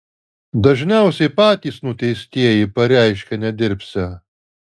dažniausiai patys nuteistieji pareiškia nedirbsią